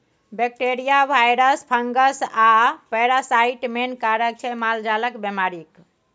bacteria, virus, fungus आ parasite main कारक छै मालजालक बेमारीक